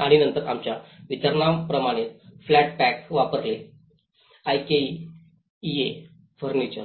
आणि नंतर आमच्या वितरणाप्रमाणे फ्लॅट पॅक वापरणे आयकेईए फर्निचर